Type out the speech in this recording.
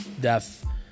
death